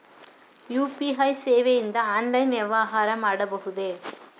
UPI ಸೇವೆಯಿಂದ online ವ್ಯವಹಾರ ಮಾಡಬಹುದೇ?